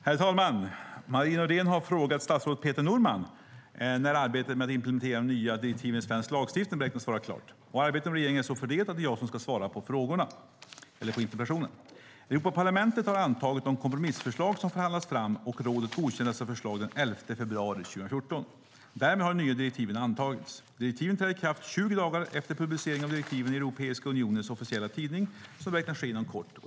Herr talman! Marie Nordén har frågat statsrådet Peter Norman när arbetet med att implementera de nya direktiven i svensk lagstiftning beräknas vara klart. Arbetet inom regeringen är så fördelat att det är jag som ska svara på interpellationen. Europaparlamentet har antagit de kompromissförslag som förhandlats fram, och rådet godkände dessa förslag den 11 februari 2014. Därmed har de nya direktiven antagits. Direktiven träder i kraft 20 dagar efter publicering av direktiven i Europeiska unionens officiella tidning, som beräknas ske inom kort.